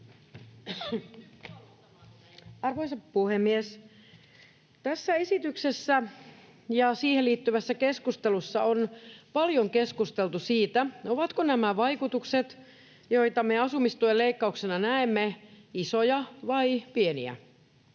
Arvoisa puhemies! Tässä esityksessä ja siihen liittyvässä keskustelussa on paljon keskusteltu siitä, ovatko nämä vaikutukset, joita me asumistuen leikkauksen tuloksina näemme, isoja vai pieniä,